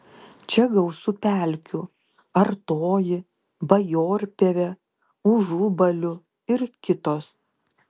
čia gausu pelkių artoji bajorpievė užubalių ir kitos